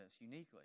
uniquely